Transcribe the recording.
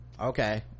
okay